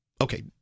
okay